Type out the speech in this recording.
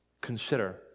consider